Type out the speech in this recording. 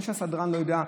ולא שהסדרן לא יודע,